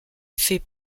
fait